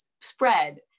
spread